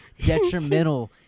Detrimental